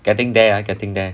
getting there ah getting there